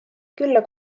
külla